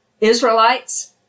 Israelites